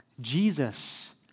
Jesus